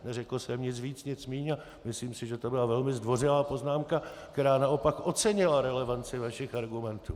Neřekl jsem nic víc, nic míň, a myslím si, že to byla velmi zdvořilá poznámka, která naopak ocenila relevanci vašich argumentů.